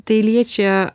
tai liečia